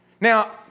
Now